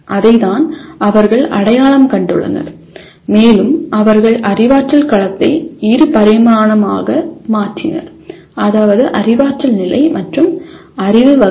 அதைத்தான் அவர்கள் அடையாளம் கண்டுள்ளனர் மேலும் அவர்கள் அறிவாற்றல் களத்தை இரு பரிமாணமாக மாற்றினர் அதாவது அறிவாற்றல் நிலை மற்றும் அறிவு வகைகள்